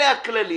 אלה הכללים.